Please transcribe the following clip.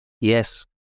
Yes